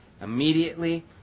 Immediately